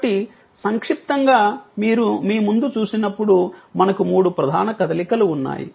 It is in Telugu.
కాబట్టి సంక్షిప్తంగా మీరు మీ ముందు చూసినప్పుడు మనకు మూడు ప్రధాన కదలికలు ఉన్నాయి